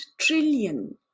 trillion